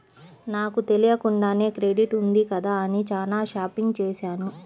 నాకు తెలియకుండానే క్రెడిట్ ఉంది కదా అని చానా షాపింగ్ చేశాను